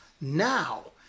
now